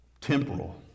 temporal